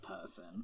person